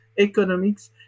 economics